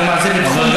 אתה מרצה בתחום,